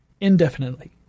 indefinitely